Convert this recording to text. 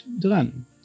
dran